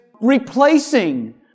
replacing